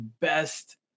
best